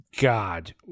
god